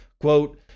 quote